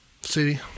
city